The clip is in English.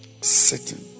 sitting